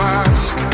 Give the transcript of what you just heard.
ask